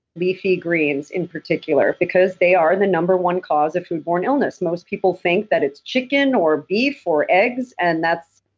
leafy greens in particular, because they are the number one cause of foodborne illness. most people think that it's chicken or beef or eggs, and that's,